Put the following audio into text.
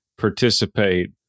participate